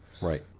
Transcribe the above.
Right